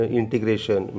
integration